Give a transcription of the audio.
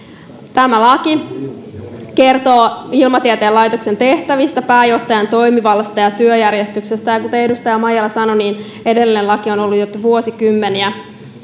tämä laki kertoo ilmatieteen laitoksen tehtävistä pääjohtajan toimivallasta ja työjärjestyksestä ja kuten edustaja maijala sanoi edellinen laki on ollut jo vuosikymmeniä